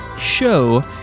show